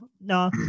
no